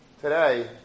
today